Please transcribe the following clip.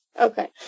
Okay